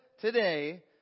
today